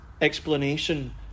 explanation